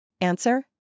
Answer